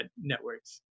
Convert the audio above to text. networks